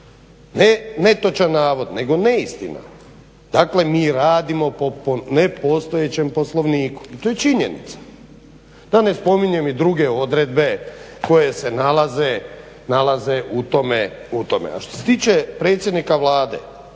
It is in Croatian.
Ne netočan navod, nego neistina. Dakle, mi radimo po nepostojećem Poslovniku. I to je činjenica. Da ne spominjem i druge odredbe koje se nalaze u tome. A što se tiče predsjednika Vlade,